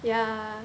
yeah